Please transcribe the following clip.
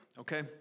okay